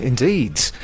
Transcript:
Indeed